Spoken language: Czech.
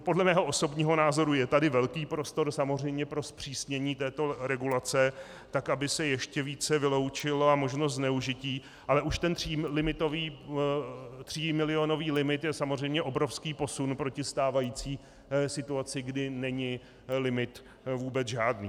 Podle mého osobního názoru je tady velký prostor samozřejmě pro zpřísnění této regulace tak, aby se ještě více vyloučila možnost zneužití, ale už ten třímilionový limit je samozřejmě obrovský posun proti stávající situaci, kdy není limit vůbec žádný.